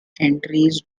entries